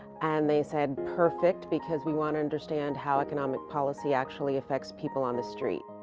and they said perfect, because we want to understand how economic policy actually affects people on the street.